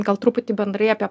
gal truputį bendrai apie